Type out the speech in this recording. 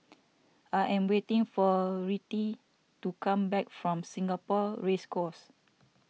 I am waiting for Rettie to come back from Singapore Race Course